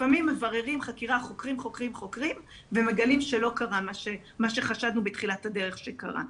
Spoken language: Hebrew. לפעמים חוקרים ומגלים שלא קרה מה שחשדנו בתחילת הדרך שקרה.